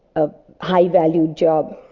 a high value job.